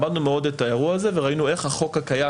למדנו מאוד את האירוע הזה וראינו אם החוק הקיים